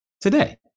Today